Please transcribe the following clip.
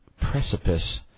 precipice